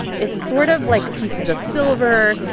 it's sort of like pieces of silver.